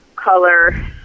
Color